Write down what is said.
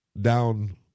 down